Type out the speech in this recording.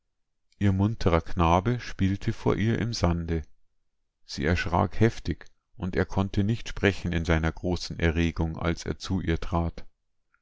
ihr munterer knabe spielte vor ihr im sande sie erschrak heftig und er konnte nicht sprechen in seiner großen erregung als zu ihr trat